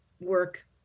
work